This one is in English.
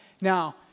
Now